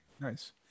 nice